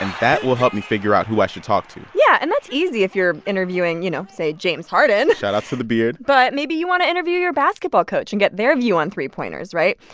and that will help me figure out who i should talk to yeah. and that's easy if you're interviewing, you know, say, james harden shout-out to the beard but maybe you want to interview your basketball coach and get their view on three-pointers, right?